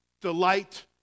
delight